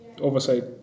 oversight